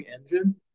engine